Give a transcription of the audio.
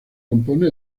compone